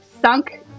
sunk